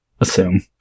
assume